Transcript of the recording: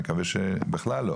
נקווה שבכלל לא.